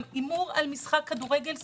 הימור על משחק כדורגל ספציפי,